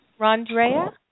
Rondrea